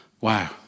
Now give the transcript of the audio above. Wow